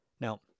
Now